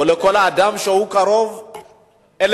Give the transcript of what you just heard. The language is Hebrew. או לכל אדם קרוב אליהם.